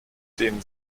den